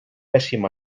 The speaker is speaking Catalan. pèssim